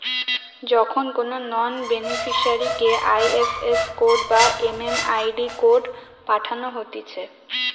যখন কোনো নন বেনিফিসারিকে আই.এফ.এস কোড বা এম.এম.আই.ডি কোড পাঠানো হতিছে